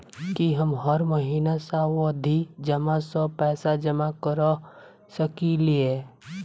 की हम हर महीना सावधि जमा सँ पैसा जमा करऽ सकलिये?